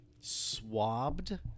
swabbed